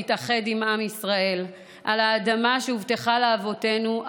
ולהתאחד עם עַם ישראל על האדמה שהובטחה לאבותינו,